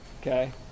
Okay